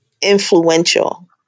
influential